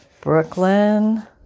Brooklyn